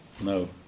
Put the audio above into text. No